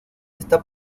está